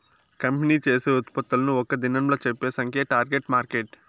company చేసే ఉత్పత్తులను ఒక్క దినంలా చెప్పే సంఖ్యే టార్గెట్ మార్కెట్